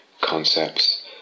concepts